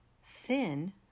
sin